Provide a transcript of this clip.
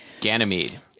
Ganymede